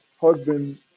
husband